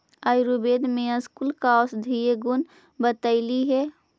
आयुर्वेद में स्कूल का औषधीय गुण बतईले हई